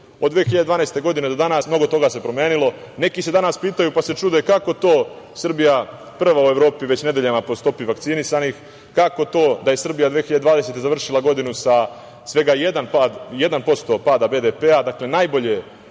Od 2012. godine do danas mnogo toga se promenilo. Neki se danas pitaju, pa se čude – kako je to Srbija prva u Evropi već nedeljama po stopi vakcinisanih, kako to da je Srbija 2020. godine završila godinu sa svega 1% pada BDP-a. Dakle, najbolje